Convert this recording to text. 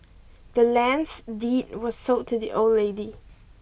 the land's deed was sold to the old lady